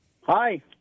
Hi